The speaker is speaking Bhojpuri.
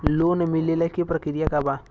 लोन मिलेला के प्रक्रिया का बा?